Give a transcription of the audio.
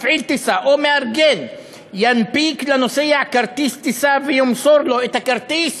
או המארגן ינפיק לנוסע כרטיס טיסה וימסור לו את הכרטיס